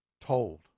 told